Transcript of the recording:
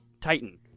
Titan